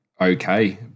okay